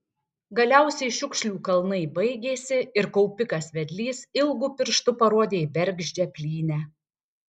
galiausiai šiukšlių kalnai baigėsi ir kaupikas vedlys ilgu pirštu parodė į bergždžią plynę